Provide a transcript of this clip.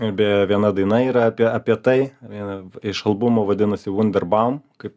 bei viena daina yra apie apie tai viena iš albumų vadinosi vunderbam kaip